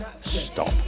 stop